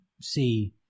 see